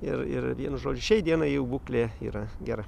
ir ir vienu žodžiu šiai dienai jų būklė yra gera